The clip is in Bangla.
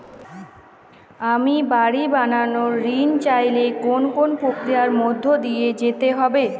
আমি বাড়ি বানানোর ঋণ চাইলে কোন কোন প্রক্রিয়ার মধ্যে দিয়ে যেতে হবে?